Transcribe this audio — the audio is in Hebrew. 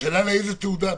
השאלה היא איזו תעודה.